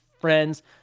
friends